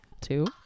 Two